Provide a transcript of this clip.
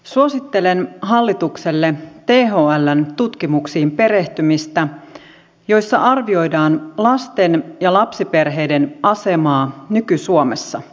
suosittelen hallitukselle perehtymistä thln tutkimuksiin joissa arvioidaan lasten ja lapsiperheiden asemaa nyky suomessa